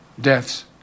deaths